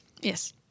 Yes